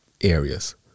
areas